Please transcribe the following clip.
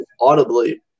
audibly